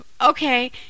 Okay